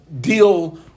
deal